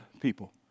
people